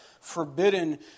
forbidden